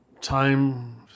time